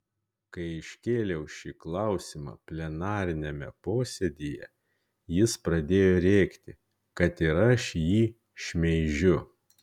kai iškėliau šį klausimą plenariniame posėdyje jis pradėjo rėkti kad ir aš jį šmeižiu